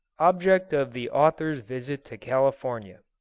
object of the author's visit to california